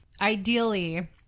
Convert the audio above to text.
Ideally